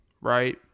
right